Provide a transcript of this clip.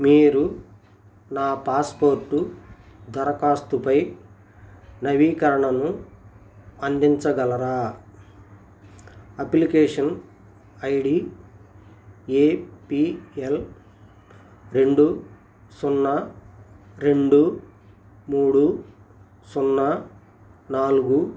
మీరు నా పాస్పోర్టు దరఖాస్తుపై నవీకరణను అందించగలరా application I D A P L రెండు సున్నా రెండు మూడు సున్నా నాలుగు